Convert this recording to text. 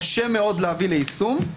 קשה מאוד להביא ליישום.